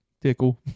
Tickle